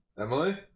Emily